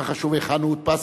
מה חשוב היכן הוא הודפס,